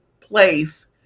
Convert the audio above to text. place